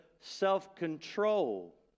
self-control